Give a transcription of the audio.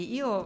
io